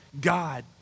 God